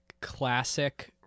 Classic